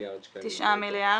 מתוך מקורות תקציביים פנימיים